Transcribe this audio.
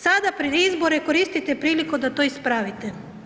Sada pred izbore koristite priliku da to ispravite.